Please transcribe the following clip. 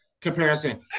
comparison